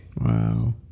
Wow